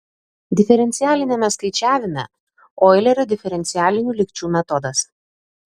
diferencialiniame skaičiavime oilerio diferencialinių lygčių metodas